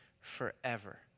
forever